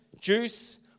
juice